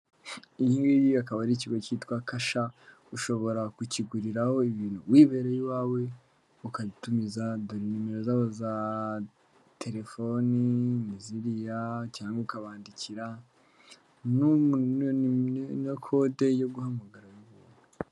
Iyi ngiyi akaba ari ikigo cyitwa kasha, ushobora kukiguriraho ibintu wibereye iwawe ukabitumiza, dore nimero zabo za telefoni ni ziriya, cyangwa ukabandikira, na kode yo guhamagara.